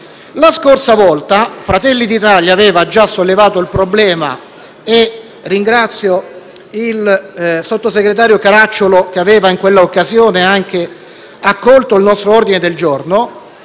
La scorsa volta Fratelli d'Italia aveva già sollevato il problema - e ringrazio il sottosegretario Barra Caracciolo che, anche in quell'occasione, aveva accolto il nostro ordine del giorno